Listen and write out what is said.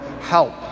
help